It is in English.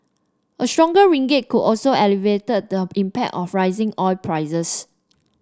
a stronger ringgit could also alleviate the impact of rising oil prices